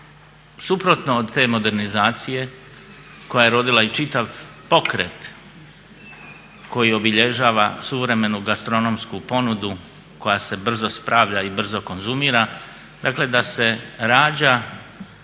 suprotno od te modernizacije koja je rodila i čitav pokret koji obilježava suvremenu gastronomsku ponudu koja se brzo spravlja i brzo konzumira, dakle da se rađa